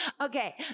Okay